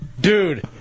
Dude